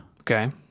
Okay